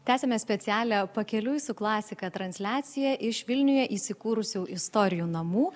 tęsiame specialią pakeliui su klasika transliaciją iš vilniuje įsikūrusių istorijų namų